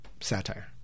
satire